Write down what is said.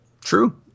True